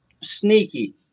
sneaky